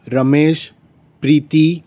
Ramesh Preeti